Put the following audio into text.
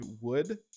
wood